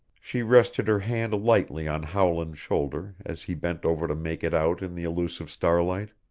she rested her hand lightly on howland's shoulder as he bent over to make it out in the elusive starlight.